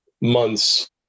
months